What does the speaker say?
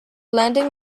landing